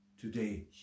today